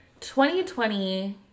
2020